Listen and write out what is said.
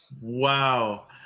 wow